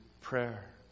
prayer